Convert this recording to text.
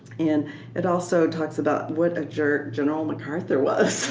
and it also talks about what a jerk general macarthur was.